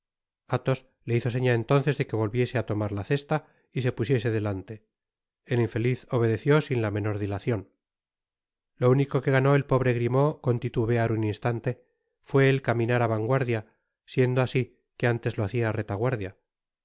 athos le bizo seña entonces de que volviese á tomar la cesta y se pusiese delante et infeliz obedeció sin la menor dilacion lo único que ganó et pobre grimaud con titubear un instante fué el caminar á vanguardia siendo asi que antes lo hacia á retaguardia